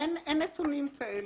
אין נתונים כאלה,